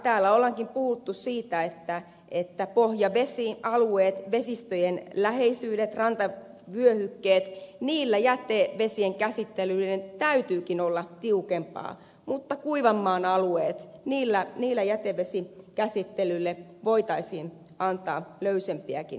täällä onkin puhuttu siitä että pohjavesialueilla vesistöjen läheisyydessä rantavyöhykkeillä jätevesien käsittelyn täytyykin olla tiukempaa mutta kuivan maan alueilla jätevesikäsittelylle voitaisiin antaa löysempiäkin linjoja